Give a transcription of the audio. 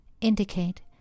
indicate